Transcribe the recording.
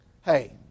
hey